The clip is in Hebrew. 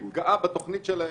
הוא התגאה בתוכנית שלהם.